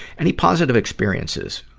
any positive experiences?